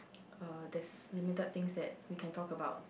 uh there's limited things that we can talk about